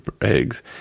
eggs